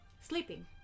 sleeping